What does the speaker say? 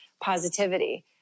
positivity